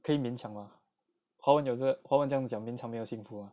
可以勉强吗华文有个华文怎么讲勉强没有幸福阿